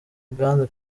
uganda